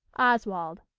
oswald.